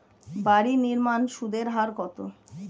বাড়ি নির্মাণ ঋণের সুদের হার কত?